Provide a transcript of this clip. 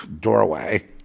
doorway